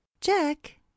Jack